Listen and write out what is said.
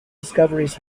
discoveries